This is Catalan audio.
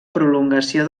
prolongació